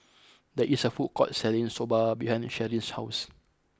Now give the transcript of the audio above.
there is a food court selling Soba behind Sharyn's house